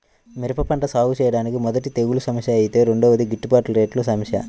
మిరప పంట సాగుచేయడానికి మొదటిది తెగుల్ల సమస్య ఐతే రెండోది గిట్టుబాటు రేట్ల సమస్య